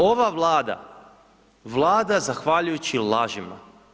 Ova Vlada, vlada zahvaljujući lažima.